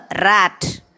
rat